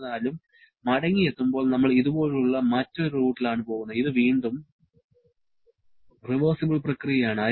എന്നിരുന്നാലും മടങ്ങിയെത്തുമ്പോൾ നമ്മൾ ഇതുപോലുള്ള മറ്റൊരു റൂട്ടിലാണ് പോകുന്നത് ഇത് വീണ്ടും റിവേഴ്സിബിൾ പ്രക്രിയയാണ്